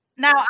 Now